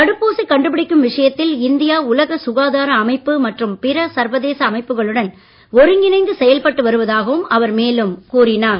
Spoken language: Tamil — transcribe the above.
தடுப்பூசி கண்டுபிடிக்கும் விஷயத்தில் இந்தியா உலக சுகாதார அமைப்பு மற்றும் பிற சர்வதேச அமைப்புகளுடன் ஒருங்கிணைந்து செயல்பட்டு வருவதாகவும் அவர் மேலும் கூறினார்